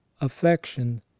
affection